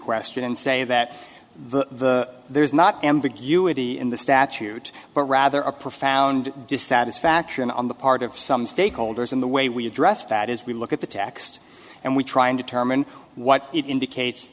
question and say that the there is not ambiguity in the statute but rather a profound dissatisfaction on the part of some stakeholders in the way we address that as we look at the text and we try and determine what it indicates